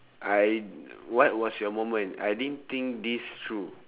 I what was your moment I didn't think this through